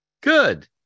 Good